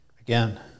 Again